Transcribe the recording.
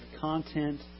content